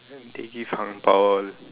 they give angbao all